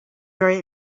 very